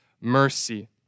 mercy